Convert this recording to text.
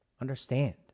Understand